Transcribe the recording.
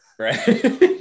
right